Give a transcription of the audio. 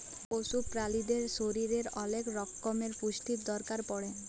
পশু প্রালিদের শরীরের ওলেক রক্যমের পুষ্টির দরকার পড়ে